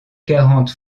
quarante